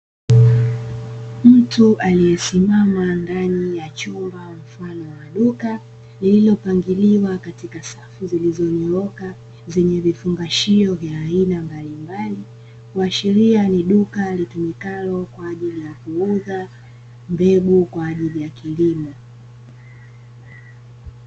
Mtu aliyesimama ndani ya chumba mfano wa duka lililopangiliwa katika safu zilizonyooka zenye vifungashio vya aina mbalimbali, kuashiria ni duka litumikalo kwa ajili ya kuuza mbegu kwa ajili ya kilimo.